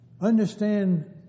Understand